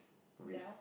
wrist